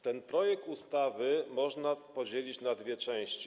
Ten projekt ustawy można podzielić na dwie części.